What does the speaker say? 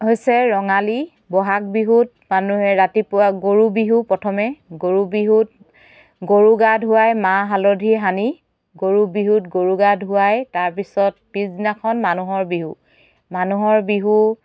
হৈছে ৰঙালী বহাগ বিহুত মানুহে ৰাতিপুৱা গৰু বিহু প্ৰথমে গৰু বিহুত গৰুক গা ধুৱায় মাহ হালধি সানি গৰু বিহুত গৰু গা ধুৱায় তাৰপিছত পিছদিনাখন মানুহৰ বিহু মানুহৰ বিহু